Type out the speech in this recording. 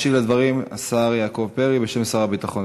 ישיב על הדברים השר יעקב פרי, בשם שר הביטחון.